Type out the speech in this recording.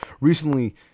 recently